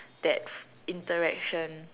that interaction